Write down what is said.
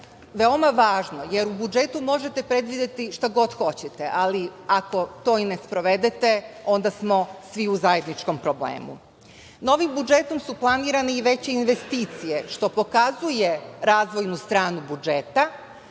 veoma važno, jer u budžetu možete predvideti šta god hoćete, ali ako to i ne sprovedete, onda smo svi u zajedničkom problemu. Novim budžetom su planirane i veće investicije, što pokazuje razvojnu stranu budžeta.